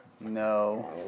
No